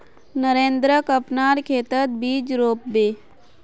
नरेंद्रक अपनार खेतत बीज रोप बे